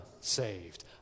saved